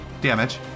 damage